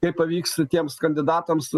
kaip pavyks tiems kandidatams